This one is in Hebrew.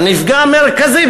הנפגע המרכזי,